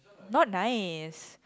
not nice